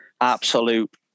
Absolute